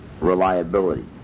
reliability